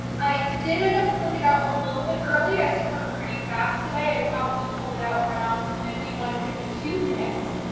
i did end up pulling it out a little bit early as it cooked pretty fast today, i probably pulled it out around fifty one, fifty two minutes.